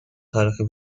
تاریخی